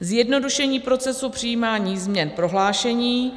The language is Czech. zjednodušení procesu přijímání změn prohlášení;